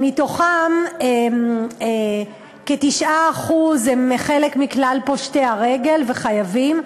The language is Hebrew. מהם כ-9% הם חלק מכלל פושטי הרגל והחייבים,